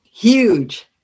Huge